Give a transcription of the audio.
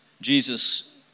Jesus